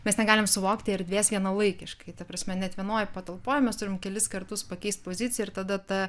mes negalim suvokti erdvės vienalaikiškai ta prasme net vienoj patalpoj mes turim kelis kartus pakeist poziciją ir tada ta